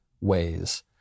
ways